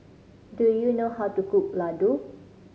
do you know how to cook Ladoo